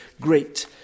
great